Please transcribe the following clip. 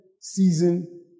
season